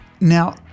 Now